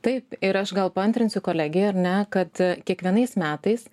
taip ir aš gal paantrinsiu kolegei ar ne kad kiekvienais metais